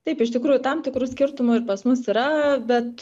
taip iš tikrųjų tam tikrų skirtumų ir pas mus yra bet